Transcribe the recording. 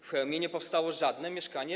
W Chełmie nie powstało żadne mieszkanie.